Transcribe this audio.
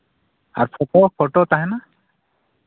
ᱟᱨ photo photo ᱛᱟᱦᱮᱱᱟ